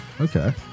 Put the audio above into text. Okay